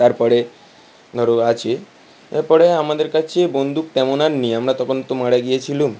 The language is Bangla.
তারপরে ধরো আছে এরপরে আমাদের কাছে বন্দুক তেমন আর নেই আমরা তখন তো মারা গিয়েছিলাম